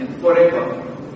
forever